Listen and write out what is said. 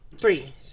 Three